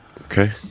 Okay